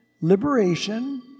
liberation